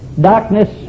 Darkness